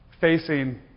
facing